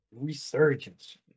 Resurgence